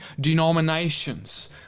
denominations